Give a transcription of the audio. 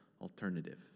alternative